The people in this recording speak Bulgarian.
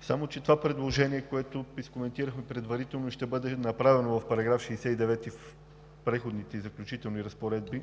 само че по това предложение, което изкоментирахме предварително и ще бъде направено в § 69 от Преходните и заключителните разпоредби,